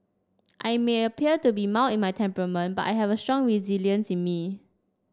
I may appear to be mild in my temperament but I have a strong resilience in me